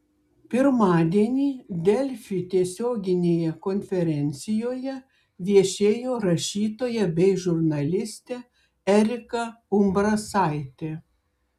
pirmadienį delfi tiesioginėje konferencijoje viešėjo rašytoja bei žurnalistė erika umbrasaitė